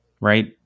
Right